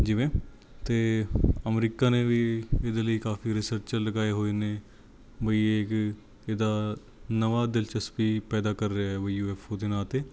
ਜਿਵੇਂ ਅਤੇ ਅਮਰੀਕਾ ਨੇ ਵੀ ਇਹਦੇ ਲਈ ਕਾਫ਼ੀ ਰਿਸਰਚਰ ਲਗਾਏ ਹੋਏ ਨੇ ਬਈ ਇਹ ਇਹਦਾ ਨਵੀਂ ਦਿਲਚਸਪੀ ਪੈਦਾ ਕਰ ਰਿਹਾ ਬਈ ਯੂ ਐੱਫ ਓ ਦੇ ਨਾਂ 'ਤੇ